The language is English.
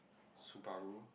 Subaru